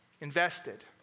invested